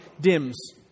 dims